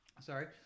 sorry